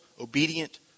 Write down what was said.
obedient